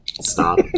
stop